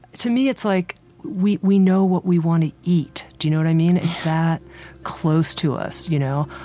to me, it's like we we know what we want to eat. do you know what i mean? it's that close to us, you know.